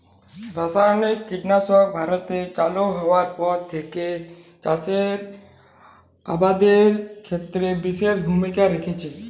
রাসায়নিক কীটনাশক ভারতে চালু হওয়ার পর থেকেই চাষ আবাদের ক্ষেত্রে বিশেষ ভূমিকা রেখেছে